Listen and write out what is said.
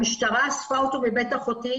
המשטרה אספה אותו מבית אחותי,